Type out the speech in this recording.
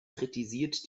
kritisiert